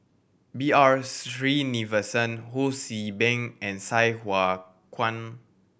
B R Sreenivasan Ho See Beng and Sai Hua Kuan